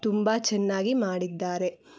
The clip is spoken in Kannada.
ತುಂಬ ಚೆನ್ನಾಗಿ ಮಾಡಿದ್ದಾರೆ